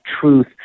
truth